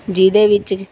ਜਿਹਦੇ ਵਿੱਚ